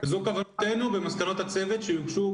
זו כוונתנו ומסקנות הצוות שיוגשו,